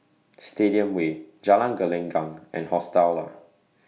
Stadium Way Jalan Gelenggang and Hostel Lah